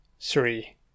three